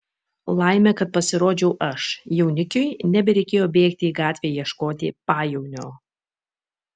laimė kad pasirodžiau aš jaunikiui nebereikėjo bėgti į gatvę ieškoti pajaunio